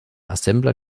assembler